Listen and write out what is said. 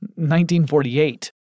1948